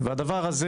הדבר הזה